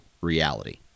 reality